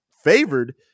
favored